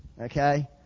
okay